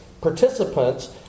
participants